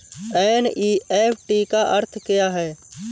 NEFT का अर्थ क्या है?